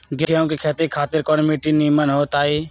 गेंहू की खेती खातिर कौन मिट्टी निमन हो ताई?